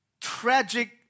tragic